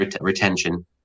retention